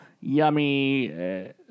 yummy